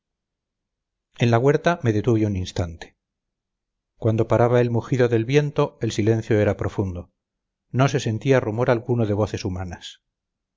en la huerta me detuve un instante cuando paraba el mugido del viento el silencio era profundo no se sentía rumor alguno de voces humanas